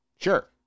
Sure